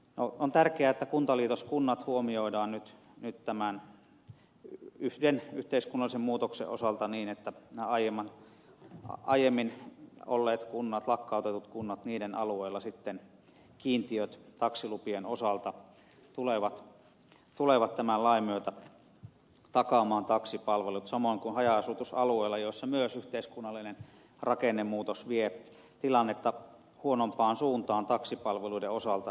on tärkeätä että kuntaliitoskunnat huomioidaan nyt tämän yhden yhteiskunnallisen muutoksen osalta niin että näiden aiemmin olleiden kuntien lakkautettujen kuntien alueella sitten kiintiöt taksilupien osalta tulevat tämän lain myötä takaamaan taksipalvelut samoin kuin haja asutusalueilla missä myös yhteiskunnallinen rakennemuutos vie tilannetta huonompaan suuntaan taksipalveluiden osalta